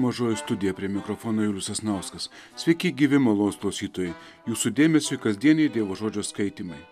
mažoji studija prie mikrofono julius sasnauskas sveiki gyvi malonūs klausytojai jūsų dėmesiui kasdieniai dievo žodžio skaitymai